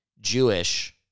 Jewish